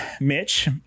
Mitch